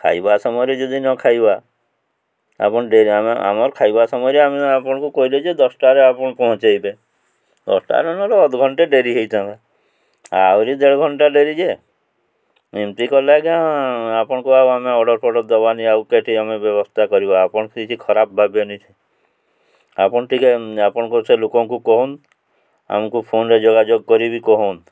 ଖାଇବା ସମୟରେ ଯଦି ନ ଖାଇବା ଆପଣ ଡେରି ଆମେ ଆମର ଖାଇବା ସମୟରେ ଆମେ ଆପଣଙ୍କୁ କହିଲେ ଯେ ଦଶଟାରେ ଆପଣ ପହଞ୍ଚାଇବେ ଦଶଟାରେ ନହେଲେ ଅଧଘଣ୍ଟେ ଡେରି ହେଇଥାନ୍ତା ଆହୁରି ଦେଢ଼ ଘଣ୍ଟା ଡେରି ଯେ ଏମିତି କଲେ ଆଜ୍ଞା ଆପଣଙ୍କୁ ଆଉ ଆମେ ଅର୍ଡ଼ର ଫଡ଼ର୍ ଦବାନି ଆଉ କେଠି ଆମେ ବ୍ୟବସ୍ଥା କରିବା ଆପଣ କିଛି ଖରାପ ଭାବିବେନି ଆପଣ ଟିକେ ଆପଣଙ୍କୁ ସେ ଲୋକଙ୍କୁ କହନ୍ ଆମକୁ ଫୋନରେ ଯୋଗାଯୋଗ କରିବି କୁହନ୍ତ